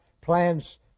plans